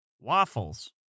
waffles